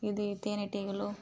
ఇది తేనెటీగలు